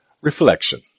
Reflection